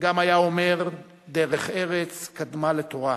גם היה אומר, דרך-ארץ קדמה לתורה.